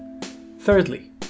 Thirdly